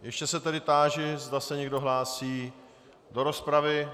Ještě se táži, zda se někdo hlásí do rozpravy.